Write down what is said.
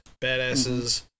Badasses